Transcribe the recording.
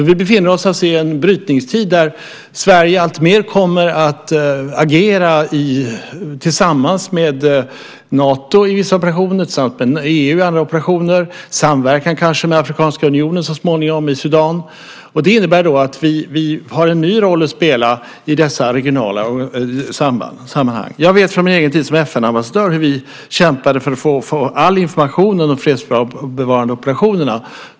Vi befinner oss alltså i en brytningstid där Sverige alltmer kommer att agera tillsammans med Nato i vissa operationer, tillsammans med EU i andra operationer och så småningom kanske i samverkan med Afrikanska unionen i Sudan. Det innebär att vi har en ny roll att spela i dessa regionala sammanhang. Jag vet från min egen tid som FN-ambassadör hur vi kämpade för att få all information under de fredsbevarande operationerna.